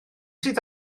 sydd